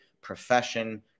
profession